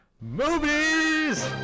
Movies